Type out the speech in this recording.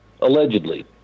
allegedly